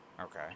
Okay